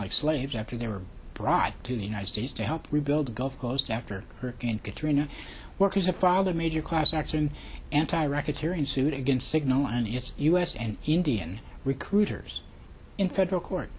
like slaves after they were brought to the united states to help rebuild the gulf coast after hurricane katrina workers a father major class action anti rocketeer and suit against cigna one of its u s and indian recruiters in federal court